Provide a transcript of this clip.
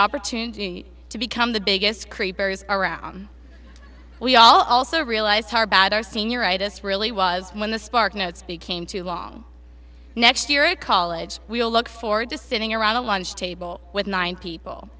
opportunity to become the biggest creepers around we all also realize how bad our senior itis really was when the spark notes became too long next year at college we all look forward to sitting around a lunch table with nine people